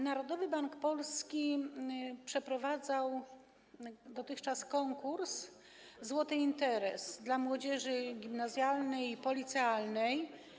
Narodowy Bank Polski przeprowadzał dotychczas konkurs „Złoty interes” dla młodzieży gimnazjalnej i policealnej.